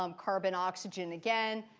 um carbon oxygen again,